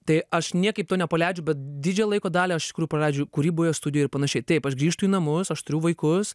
tai aš niekaip to nepaleidžiu bet didžiąją laiko dalį aš iš tikrųjų praleidžiu kūryboje studijoj ir panašiai taip aš grįžtu į namus aš turiu vaikus